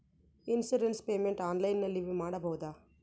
Insurance payment ಆನ್ಲೈನಿನಲ್ಲಿ ಮಾಡಬಹುದಾ?